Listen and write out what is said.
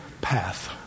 path